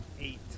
eight